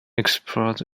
explored